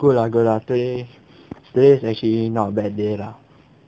good lah good lah today today is actually not a bad day lah